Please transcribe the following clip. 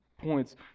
points